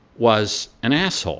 was an asshole